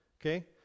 Okay